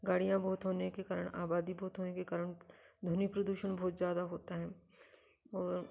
गाड़ियाँ बहुत होने के कारण आबादी बहुत होने के कारण ध्वनि प्रदूषण बहुत ज़्यादा होता है और